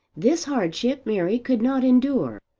this hardship mary could not endure,